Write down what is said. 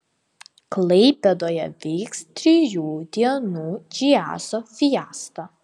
klaipėdoje vyks trijų dienų džiazo fiesta